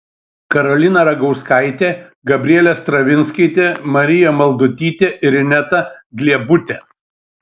karolina ragauskaitė gabrielė stravinskaitė marija maldutytė ir ineta gliebutė